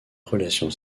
relations